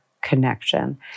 connection